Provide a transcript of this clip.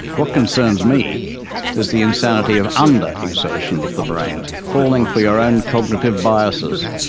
what concerns me is the insanity of under-exertion of the brain, falling for your own cognitive biases,